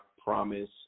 promise